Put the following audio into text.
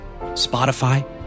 Spotify